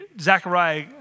Zechariah